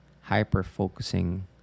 hyper-focusing